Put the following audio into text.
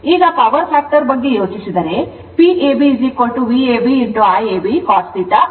ಈಗ power factor ಬಗ್ಗೆ ಯೋಚಿಸಿದರೆ PabVab Iab cos θ ಆಗುತ್ತದೆ